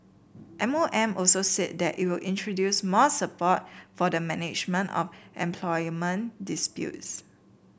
M O M also said that it will introduce more support for the management of employment disputes